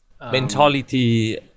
Mentality